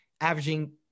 averaging